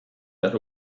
that